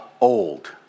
old